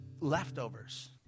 leftovers